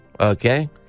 Okay